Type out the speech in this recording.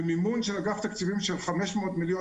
במימון של אגף תקציבים של 500 מיליון